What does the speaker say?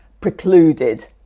precluded